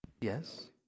Yes